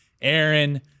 Aaron